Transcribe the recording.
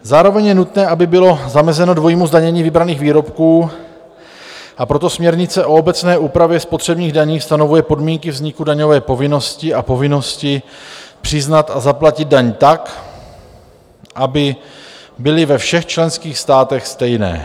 Zároveň je nutné, aby bylo zamezeno dvojímu zdanění vybraných výrobků, a proto směrnice o obecné úpravě spotřebních daní stanovuje podmínky vzniku daňové povinnosti a povinnosti přiznat a zaplatit daň tak, aby byly ve všech členských státech stejné.